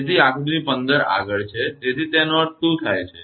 તેથી તે આકૃતિ 15 આગળ છે તેથી તેનો અર્થ શું થાય છે